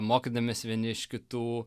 mokydamiesi vieni iš kitų